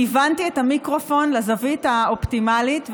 כיוונתי את המיקרופון לזווית האופטימלית,